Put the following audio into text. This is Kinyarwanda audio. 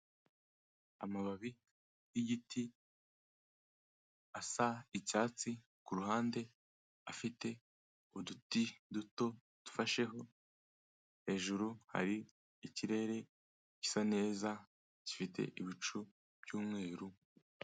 Amababi yigiti asa icyatsi ku ruhande afite uduti duto dufasheho hejuru hari ikirere gisa neza gifite ibicu by'umweru.